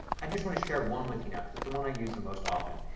i just want to share one with you now because it's the one i use the most often.